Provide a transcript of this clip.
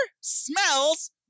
smells